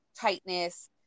tightness